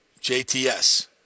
JTS